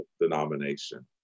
denomination